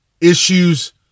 issues